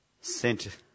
sent